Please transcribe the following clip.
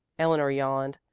eleanor yawned.